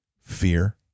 fear